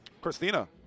Christina